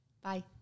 bye